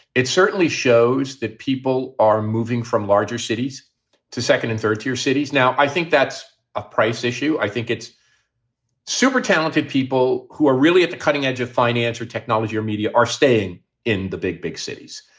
it certainly shows that people are moving from larger cities to second and third tier cities now. i think that's a price issue. i think it's super talented. people who are really at the cutting edge of finance or technology or media are staying in the big, big cities.